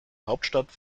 hauptstadt